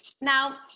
Now